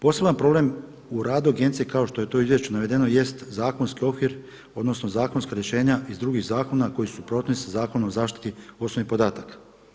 Poseban problem u radu agencije kao što je to u izvješću navedeno jest zakonski okvir, odnosno zakonska rješenja iz drugih zakona koji su u suprotnosti sa Zakonom o zaštiti osobnih podataka.